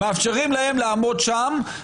מאפשרים להם לעמוד שם,